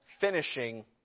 finishing